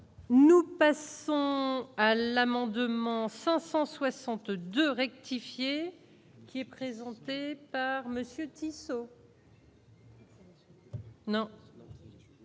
Nous. Sont à l'amendement 562 rectifier qui est présenté par monsieur petit. Non